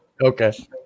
Okay